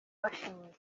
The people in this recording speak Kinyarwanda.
bashingiye